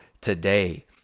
today